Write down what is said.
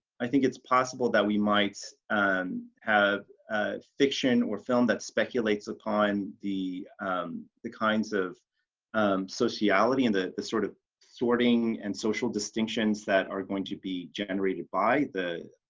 i think it's possible that we might have fiction or film that speculates upon the the kinds of sociality and the the sort of sorting and social distinctions that are going to be generated by the